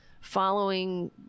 Following